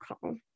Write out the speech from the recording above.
call